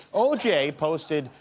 o j. posted,